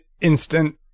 instant